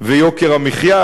ויוקר המחיה,